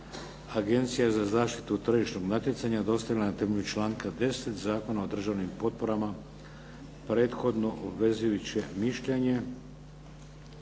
Agencija za zaštitu tržišnog natjecanja dostavila je na temelju članka 10. Zakona o državnim potporama prethodno obvezujuće mišljenje.